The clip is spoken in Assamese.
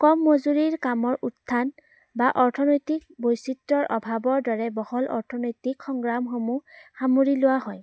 কম মজুৰীৰ কামৰ উত্থান বা অৰ্থনৈতিক বৈচিত্ৰৰ অভাৱৰ দৰে বহল অৰ্থনৈতিক সংগ্ৰামসমূহ সামৰি লোৱা হয়